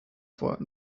vor